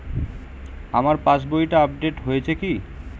আমার পাশবইটা আপডেট হয়েছে কি?